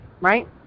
right